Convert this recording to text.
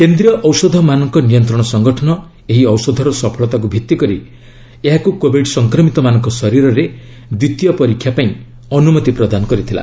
କେନ୍ଦ୍ରୀୟ ଔଷଧ ମାନକ ନିୟନ୍ତ୍ରଣ ସଂଗଠନ ଏହି ଔଷଧର ସଫଳତାକୁ ଭିଭି କରି ଏହାକୁ କୋବିଡ୍ ସଂକ୍ରମିତ ମାନଙ୍କ ଶରୀରରେ ଦ୍ୱିତୀୟ ପରୀକ୍ଷା ପାଇଁ ଅନୁମତି ପ୍ରଦାନ କରିଥିଲା